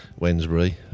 Wensbury